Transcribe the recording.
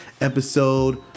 episode